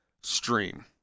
stream